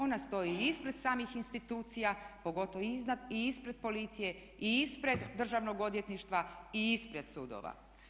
Ona stoji i ispred samih institucija pogotovo i iznad i ispred policije i ispred državnog odvjetništva i ispred sudova.